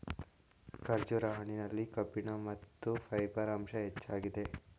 ಖರ್ಜೂರದ ಹಣ್ಣಿನಲ್ಲಿ ಕಬ್ಬಿಣ ಮತ್ತು ಫೈಬರ್ ಅಂಶ ಹೆಚ್ಚಾಗಿದೆ